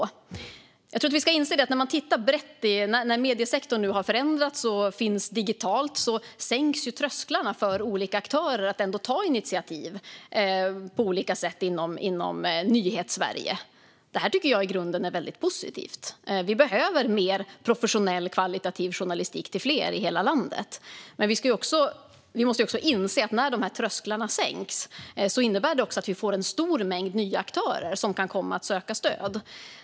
Jag tror att vi ska inse när vi tittar brett på detta att eftersom mediesektorn nu har förändrats och finns digitalt sänks också trösklarna för olika aktörer att ta initiativ på olika sätt inom Nyhetssverige. Det tycker jag i grunden är väldigt positivt. Vi behöver mer professionell, kvalitativ journalistik till fler i hela landet. Men vi måste också inse att när de här trösklarna sänks innebär det även att vi får en stor mängd nya aktörer som kan komma att söka stöd.